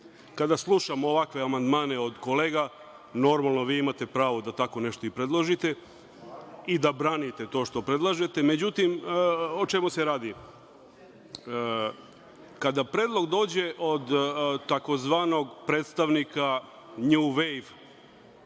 kada slušam ovakve amandmane od kolega. Normalno, vi imate pravo da tako nešto i predložite, i da branite to što predložite, međutim, o čemu se radi. Kada predlog dođe od tzv. predstavnike new way